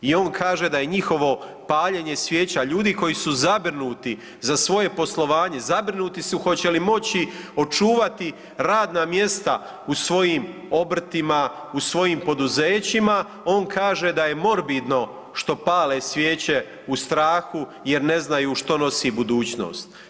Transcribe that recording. I on kaže da je njihovo paljenje svijeća, ljudi koji su zabrinuti za svoje poslovanje, zabrinuti su hoće li moći očuvati radna mjesta u svojim obrtima, u svojim poduzećima on kaže da je morbidno što pale svijeće u strahu jer ne znaju što nosi budućnost.